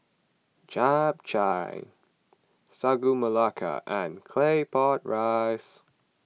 Chap Chai Sagu Melaka and Claypot Rice